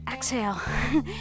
Exhale